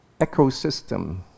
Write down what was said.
ecosystem